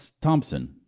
Thompson